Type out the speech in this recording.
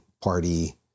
party